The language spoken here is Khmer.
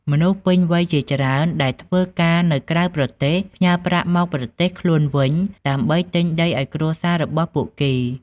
មនុស្សពេញវ័យជាច្រើនដែលធ្វើការនៅក្រៅប្រទេស ផ្ញើប្រាក់មកប្រទេសខ្លួនវិញ ដើម្បីទិញដីឱ្យគ្រួសាររបស់ពួកគេ។